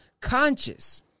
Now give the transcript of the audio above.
conscious